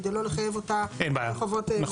כדי לא לחייב אותה בחובות --- אין בעיה,